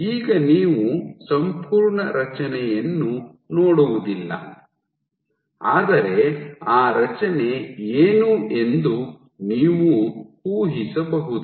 ಈಗ ನೀವು ಸಂಪೂರ್ಣ ರಚನೆಯನ್ನು ನೋಡುವುದಿಲ್ಲ ಆದರೆ ಆ ರಚನೆ ಏನು ಎಂದು ನೀವು ಊಹಿಸಬಹುದು